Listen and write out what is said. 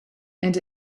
and